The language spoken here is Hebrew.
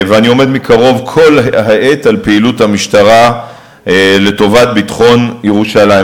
ואני עומד מקרוב כל העת על פעילות המשטרה לטובת ביטחון ירושלים.